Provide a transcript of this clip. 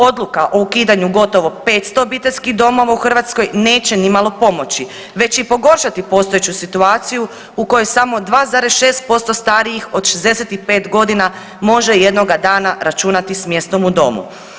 Odluka o ukidanju gotovo 500 obiteljskih domova u Hrvatskoj neće nimalo pomoći, već i pogoršati postojeću situaciju u kojoj samo 2,6% starijih od 65 godina može jednoga dana računati s mjestom u domu.